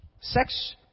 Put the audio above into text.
sex